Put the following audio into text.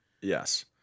Yes